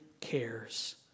cares